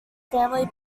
family